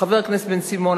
חבר הכנסת בן-סימון,